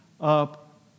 up